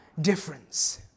difference